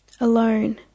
Alone